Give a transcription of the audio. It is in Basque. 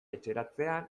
etxeratzean